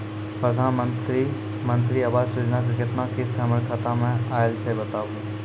प्रधानमंत्री मंत्री आवास योजना के केतना किस्त हमर खाता मे आयल छै बताबू?